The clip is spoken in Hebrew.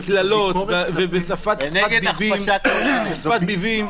מנהל הוועדה, יום לימודים ארוך יש לך היום.